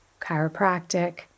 chiropractic